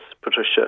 Patricia